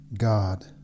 God